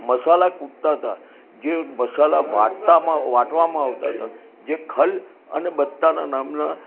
મસાલા કૂટતા હતા જે મસાલા વાટતામાં વાટવામાં આવતા હતા જે ખલ અને બટ્ટાનાં નામનાં